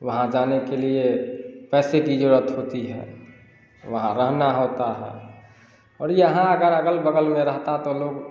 वहाँ जाने के लिए पैसे की ज़रूरत होती है वहाँ रहना होता है और यहाँ अगर अगल बगल में रहता तो लोग